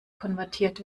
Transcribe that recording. konvertiert